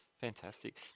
Fantastic